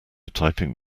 typing